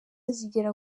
zigera